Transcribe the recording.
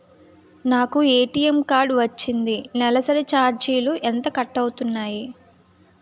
నాకు ATM card వచ్చింది నెలసరి ఛార్జీలు ఎంత కట్ అవ్తున్నాయి?